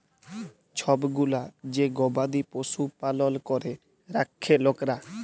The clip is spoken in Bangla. ছব গুলা যে গবাদি পশু পালল ক্যরে রাখ্যে লকরা